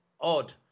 odd